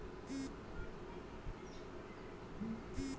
mid day meal स्कीमक पंद्रह अगस्त उन्नीस सौ पंचानबेत शुरू करयाल की